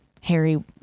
Harry